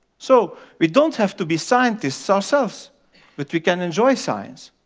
so we don't have to be scientists ourselves but we can enjoy science.